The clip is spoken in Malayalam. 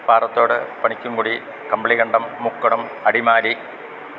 പാറത്തോട് പണിക്കൻകുടി കമ്പളികണ്ടം മുക്കടം അടിമാലി